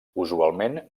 usualment